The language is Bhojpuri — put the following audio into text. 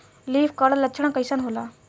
लीफ कल लक्षण कइसन होला?